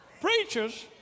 Preachers